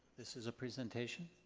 this is a presentation.